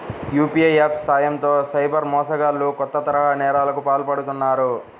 UPI apps సాయంతో cyber మోసగాళ్లు కొత్త తరహా నేరాలకు పాల్పడుతున్నారు